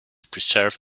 preserve